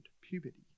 puberty